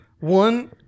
One